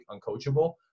uncoachable